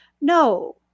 No